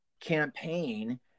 campaign